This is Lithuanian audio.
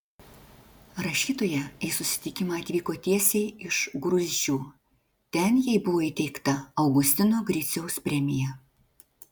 rašytoja į susitikimą atvyko tiesiai iš gruzdžių ten jai buvo įteikta augustino griciaus premija